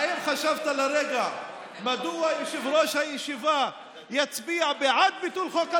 האם חשבת לרגע מדוע יושב-ראש הישיבה יצביע בעד ביטול חוק הלאום?